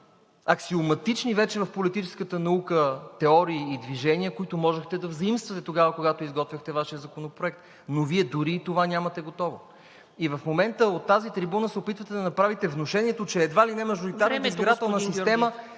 аксиоматични вече в политическата наука теории и движения, които можехте да заимствате тогава, когато изготвяхте Вашия законопроект, но Вие дори и това нямате готово. В момента от тази трибуна се опитвате да направите внушението, че едва ли не мажоритарна избирателна система